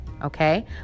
Okay